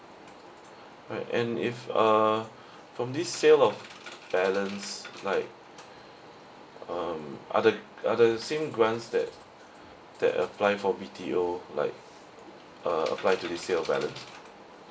right and if uh from this sale of balance like um are the are the same grants that that apply for B_T_O like uh apply to be sale of balance